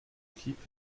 keep